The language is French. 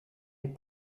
les